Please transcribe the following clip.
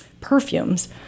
perfumes